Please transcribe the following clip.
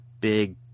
big